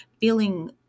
feeling